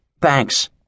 Thanks